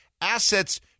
assets